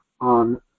on